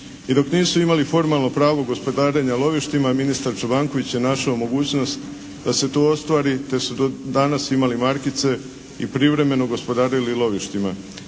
I dok nisu imali formalno pravo gospodarenja lovištima ministar Čobanković je našao mogućnost da se tu ostvari te su do danas imali markice i privremeno gospodarili lovištima.